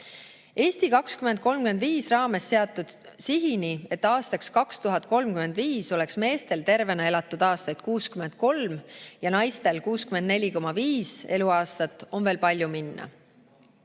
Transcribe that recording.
"Eesti 2035" raames seatud sihini, et aastaks 2035 oleks meestel tervena elatud aastaid 63 ja naistel 64,5, on veel palju minna.